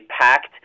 packed